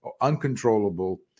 uncontrollable